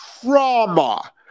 trauma